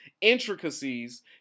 intricacies